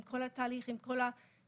עם כל התהליך ועם כל המסמכים,